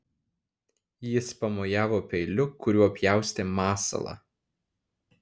jis pamojavo peiliu kuriuo pjaustė masalą